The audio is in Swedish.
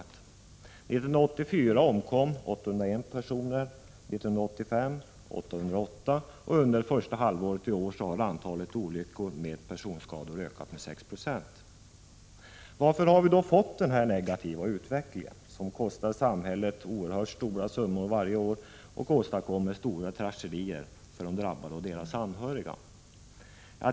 1984 omkom 801 personer, och 1985 omkom 808. Under första halvåret i år har antalet olyckor med personskador ökat med 6 PR. Varför har vi då fått denna negativa utveckling, som kostar samhället oerhört stora summor varje år och åstadkommer stora tragedier för de drabbade och deras anhöriga?